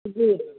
جی